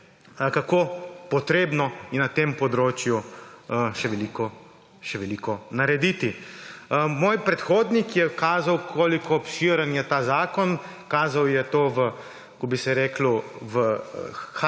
kako potrebno je na tem področju še veliko narediti. Moj predhodnik je kazal, koliko obširen je ta zakon, kazal je to, kako bi se reklo, v hard